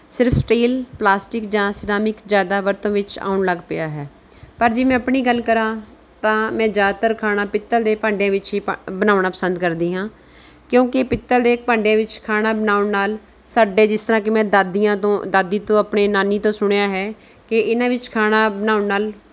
ਸਿਰਫ steel plastic ਜਾਂ ceramic ਜ਼ਿਆਦਾ ਵਰਤੋਂ ਵਿੱਚ ਆਉਣ ਲੱਗ ਪਿਆ ਹੈ ਪਰ ਜੇ ਮੇੈਂ ਆਪਣੀ ਗੱਲ ਕਰਾਂ ਤਾਂ ਮੈਂ ਜ਼ਿਆਦਾਤਰ ਖਾਣਾ ਪਿੱਤਲ ਦੇ ਭਾਂਡੇ ਵਿੱਚ ਹੀ ਪਾ ਬਣਾਉਣਾ ਪਸੰਦ ਕਰਦੀ ਹਾਂ ਕਿਉਂਕਿ ਪਿੱਤਲ ਦੇ ਭਾਂਡੇ ਵਿੱਚ ਖਾਣਾ ਬਣਾਉਣ ਨਾਲ ਸਾਡੇ ਜਿਸ ਤਰ੍ਹਾਂ ਕਿ ਮੈਂ ਦਾਦੀਆਂ ਤੋਂ ਦਾਦੀ ਤੋਂ ਆਪਣੇ ਨਾਨੀ ਤੋਂ ਸੁਣਿਆ ਹੈ ਕਿ ਇਨ੍ਹਾਂ ਵਿੱਚ ਖਾਣਾ ਬਣਾਉਣ ਨਾਲ